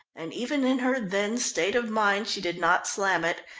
and even in her then state of mind she did not slam it,